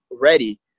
ready